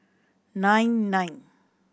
nine nine